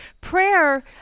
prayer